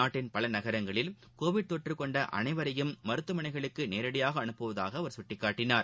நாட்டின் பல நகரங்களில் கோவிட் தொற்று கொண்ட அனைவரையும் மருத்துவமனைகளுக்கு நேரடியாக அனுப்புவதாக அவர் கட்டிக்காட்டினார்